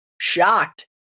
shocked